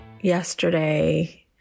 yesterday